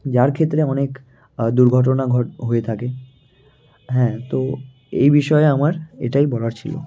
যার ক্ষেত্রে অনেক দুর্ঘটনা হয়ে থাকে হ্যাঁ তো এই বিষয়ে আমার এটাই বলার ছিলো